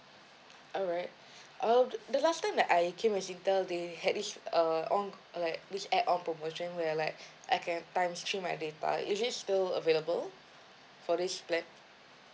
alright um the last time that I came with Singtel they had this uh on like this add-on promotion where like I can times three my data is it still available for this plan